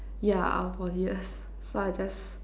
yeah um poly years so I just